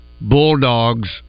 Bulldogs